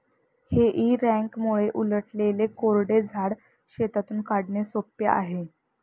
हेई रॅकमुळे उलटलेले कोरडे झाड शेतातून काढणे सोपे आहे